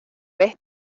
vez